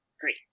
great